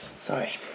sorry